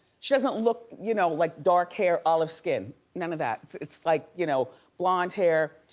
she doesn't look, you know, like dark hair, olive skin, none of that. it's it's like you know blonde hair,